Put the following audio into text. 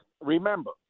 remember